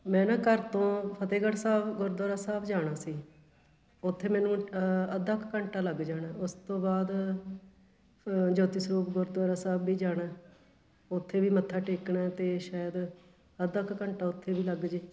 ਮੈਂ ਨਾ ਘਰ ਤੋਂ ਫਤਿਹਗੜ੍ਹ ਸਾਹਿਬ ਗੁਰਦੁਆਰਾ ਸਾਹਿਬ ਜਾਣਾ ਸੀ ਉੱਥੇ ਮੈਨੂੰ ਅੱਧਾ ਕੁ ਘੰਟਾ ਲੱਗ ਜਾਣਾ ਉਸ ਤੋਂ ਬਾਅਦ ਜੋਤੀ ਸਰੂਪ ਗੁਰਦੁਆਰਾ ਸਾਹਿਬ ਵੀ ਜਾਣਾ ਉੱਥੇ ਵੀ ਮੱਥਾ ਟੇਕਣਾ ਅਤੇ ਸ਼ਾਇਦ ਅੱਧਾ ਕੁ ਘੰਟਾ ਉੱਥੇ ਵੀ ਲੱਗ ਜੇ